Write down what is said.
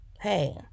hey